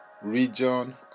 region